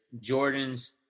Jordans